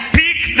pick